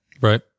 right